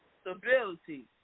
stability